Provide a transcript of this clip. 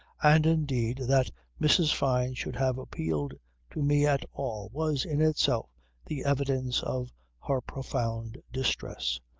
and indeed that mrs. fyne should have appealed to me at all was in itself the evidence of her profound distress.